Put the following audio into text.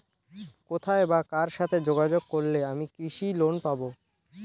কোথায় বা কার সাথে যোগাযোগ করলে আমি কৃষি লোন পাব?